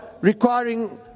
requiring